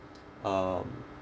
um